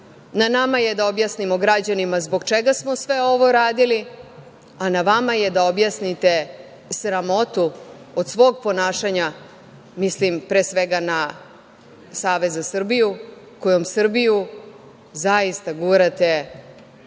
Na nama je da objasnimo građanima zbog čega smo sve ovo radili, a na vama je da objasnite sramotu od svog ponašanja, mislim pre svega na Savez za Srbiju, kojom Srbiju zaista gurate